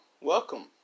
Welcome